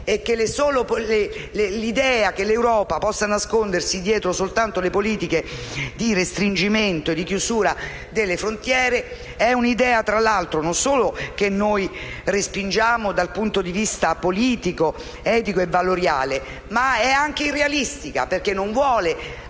e il fatto che l'Europa possa nascondersi dietro le politiche di respingimento e di chiusura delle frontiere è un'idea che non solo respingiamo dal punto di vista politico, etico e valoriale, ma è anche irrealistica, perché non vuole